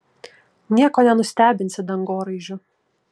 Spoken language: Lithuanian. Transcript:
nieko nenustebinsi dangoraižiu